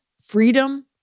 freedom